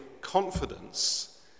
confidence